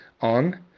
on